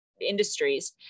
industries